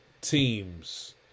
teams